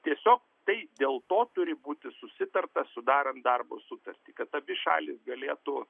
tiesiog tai dėl to turi būti susitarta sudarant darbo sutartį kad abi šalys galėtų